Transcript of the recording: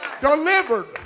Delivered